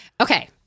Okay